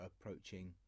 approaching